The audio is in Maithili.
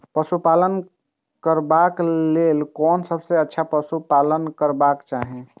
पशु पालन करबाक लेल कोन सबसँ अच्छा पशु पालन करबाक चाही?